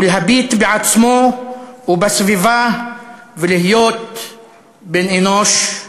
ולהביט בעצמו ובסביבה ולהיות בן-אנוש,